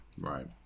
Right